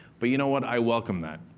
but you know what? i welcome that,